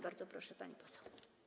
Bardzo proszę, pani poseł.